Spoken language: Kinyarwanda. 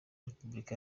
repubulika